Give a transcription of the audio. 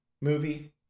movie